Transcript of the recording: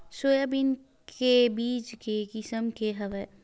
Soybean के बीज के किसम के हवय?